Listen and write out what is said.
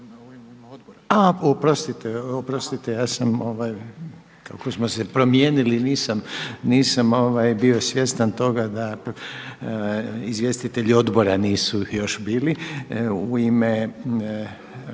i SNAGA-e. Oprostite, ja sam, kako smo se promijenili nisam bio svjestan toga da izvjestitelji odbora još nisu bili. U ime